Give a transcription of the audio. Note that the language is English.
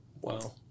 Wow